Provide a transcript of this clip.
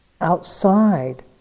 outside